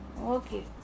Okay